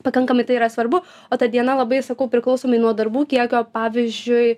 pakankamai tai yra svarbu o ta diena labai sakau priklausomai nuo darbų kiekio pavyzdžiui